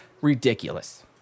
ridiculous